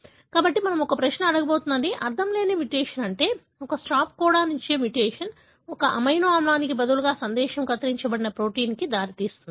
కాబట్టి మనం ఒక ప్రశ్న అడగబోతున్నది అర్ధంలేనిది మ్యుటేషన్ అంటే ఒక స్టాప్ కోడాన్ ఇచ్చే మ్యుటేషన్ ఒక అమైనో ఆమ్లానికి బదులుగా సందేశం కత్తిరించబడిన ప్రోటీన్కు దారితీస్తుందా